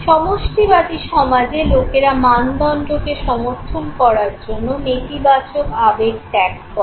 সমষ্টিবাদী সমাজে লোকেরা মানদণ্ডকে সমর্থন করার জন্য নেতিবাচক আবেগ ত্যাগ করে